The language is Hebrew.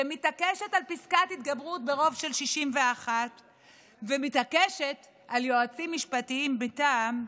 שמתעקשת על פסקת התגברות ברוב של 61 ומתעקשת על יועצים משפטיים מטעם,